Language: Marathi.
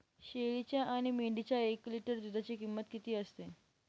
शेळीच्या आणि मेंढीच्या एक लिटर दूधाची किंमत किती असते?